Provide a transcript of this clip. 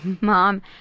mom